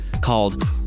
called